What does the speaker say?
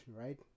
right